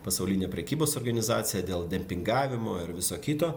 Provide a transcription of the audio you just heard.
pasaulinę prekybos organizaciją dėl dempingavimo ir viso kito